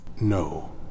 No